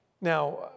now